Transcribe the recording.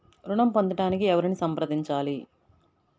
ఋణం పొందటానికి ఎవరిని సంప్రదించాలి?